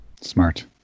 Smart